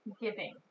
giving